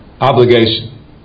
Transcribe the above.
obligation